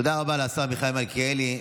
תודה רבה לשר מיכאל מלכיאלי.